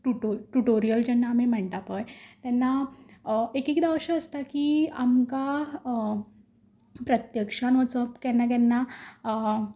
dance टूटो tutorial म्हणटा पय तेन्ना एकएकदां अशें आसता की आमकां प्रत्यक्षान वचप केन्ना केन्ना